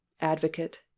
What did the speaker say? advocate